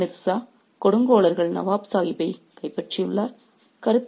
எனவே மிர்சா 'கொடுங்கோலர்கள் நவாப் சாஹிப்பைக் கைப்பற்றியுள்ளனர்